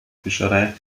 fischerei